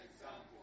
example